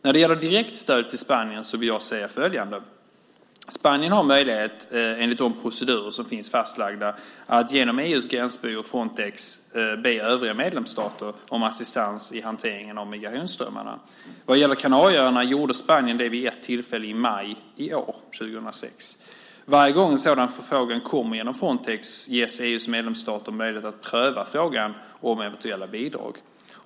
När det gäller direkt stöd till Spanien vill jag säga följande: Spanien har möjlighet, enligt de procedurer som finns fastlagda, att genom EU:s gränsbyrå Frontex be övriga medlemsstater om assistans i hanteringen av migrationsströmmarna. Vad gäller Kanarieöarna gjorde Spanien det vid ett tillfälle i maj i år. Varje gång en sådan förfrågan kommer genom Frontex ges EU:s medlemsstater möjlighet att pröva frågan om eventuella bidrag.